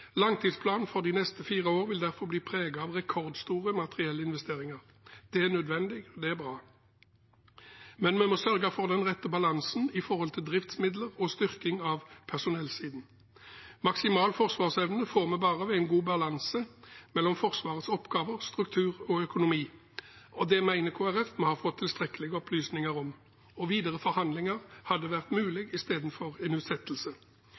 Langtidsplanen for de neste fire år vil derfor bli preget av rekordstore materielle investeringer. Det er nødvendig, og det er bra. Vi må sørge for den rette balansen med tanke på driftsmidler og styrking av personellsiden. Maksimal forsvarsevne får vi bare ved en god balanse mellom Forsvarets oppgaver, struktur og økonomi, og det mener Kristelig Folkeparti vi har fått tilstrekkelige opplysninger om, og videre forhandlinger istedenfor en utsettelse hadde vært mulig. Kristelig Folkeparti mener at en utsettelse